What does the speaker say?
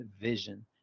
vision